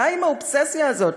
די עם האובססיה הזאת.